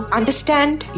understand